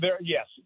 yes